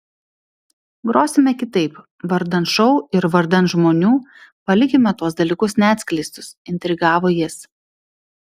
grosime kitaip vardan šou ir vardan žmonių palikime tuos dalykus neatskleistus intrigavo jis